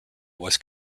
was